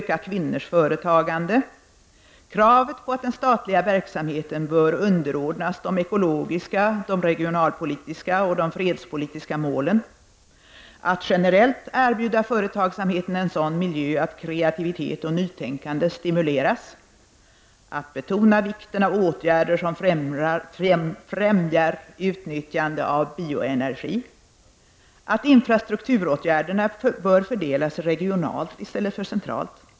—- Kravet på att den statliga verksamheten bör underordnas de ekologiska, de regionalpolitiska och de fredspolitiska målen... .—- Att generellt erbjuda företagsamheten en sådan miljö att kreativitet och nytänkande stimuleras... .—- Att betona vikten av åtgärder som främjar utnyttjande av bioenergi... .— Att infrastrukturåtgärderna bör fördelas regionalt i stället för centralt... .